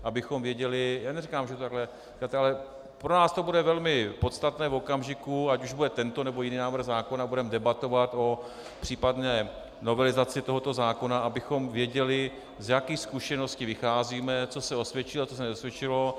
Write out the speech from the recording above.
Abychom věděli, já neříkám, že je to takhle , ale pro nás to bude velmi podstatné v okamžiku, ať už bude tento nebo jiný návrh zákona, budeme debatovat o případné novelizaci tohoto zákona, abychom věděli, z jakých zkušeností vycházíme, co se osvědčilo a co se neosvědčilo.